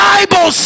Bible